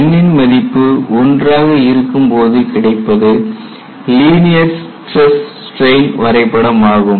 n ன் மதிப்பு 1 ஆக இருக்கும்போது கிடைப்பது லீனியர் ஸ்டிரஸ் ஸ்டிரெயின் வரைபடம் ஆகும்